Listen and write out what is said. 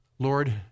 Lord